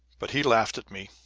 but he laughed at me.